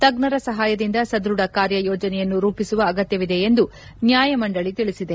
ತಜ್ಞರ ಸಹಾಯದಿಂದ ಸದೃಢ ಕಾರ್ಯ ಯೋಜನೆಯನ್ನು ರೂಪಿಸುವ ಅಗತ್ತವಿದೆ ಎಂದು ನ್ಯಾಯಮಂಡಳಿ ತಿಳಿಸಿದೆ